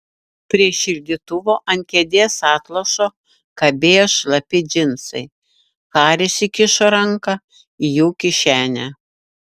prie šildytuvo ant kėdės atlošo kabėjo šlapi džinsai haris įkišo ranką į jų kišenę